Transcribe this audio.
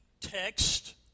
text